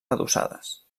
adossades